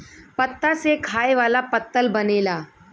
पत्ता से खाए वाला पत्तल बनेला